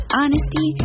honesty